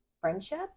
friendship